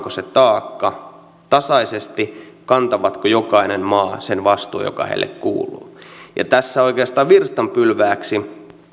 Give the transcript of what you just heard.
se taakka tasaisesti kantaako jokainen maa sen vastuun joka sille kuuluu ja tässä oikeastaan virstanpylvääksi